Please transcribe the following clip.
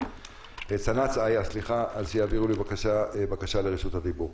סנ"צ איה אז שיעבירו לי בקשה לרשות דיבור.